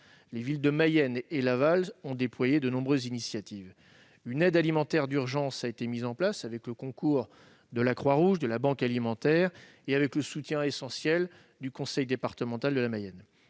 Les villes de Mayenne et de Laval ont déployé de nombreuses initiatives, une aide alimentaire d'urgence a été mise en place avec le concours de la Croix-Rouge, de la banque alimentaire et avec le soutien essentiel du conseil départemental de la Mayenne.